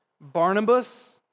Barnabas